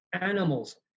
animals